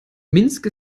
minsk